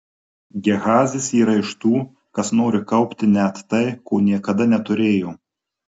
gehazis yra iš tų kas nori kaupti net tai ko niekada neturėjo